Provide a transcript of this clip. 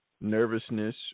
nervousness